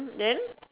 then